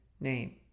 name